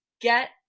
get